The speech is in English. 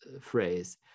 phrase